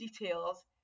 details